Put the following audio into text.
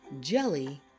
jelly